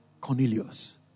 Cornelius